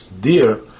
dear